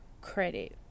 credit